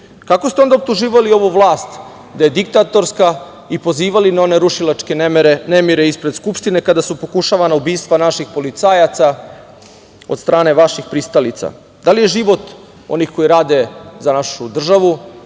kako ste onda optuživali ovu vlast da je diktatorska i pozivali na one rušilačke nemire ispred Skupštine kada su pokušavana ubistva naših policajaca od strane vaših pristalica? Da li je život onih koji rade za našu državu